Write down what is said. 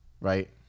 right